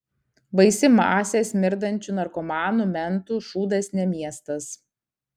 baisi masė smirdančių narkomanų mentų šūdas ne miestas